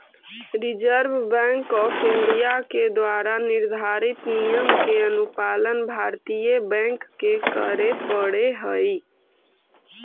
reserve bank of India के द्वारा निर्धारित नियम के अनुपालन भारतीय बैंक के करे पड़ऽ हइ